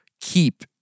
keep